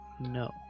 no